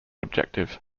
objective